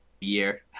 year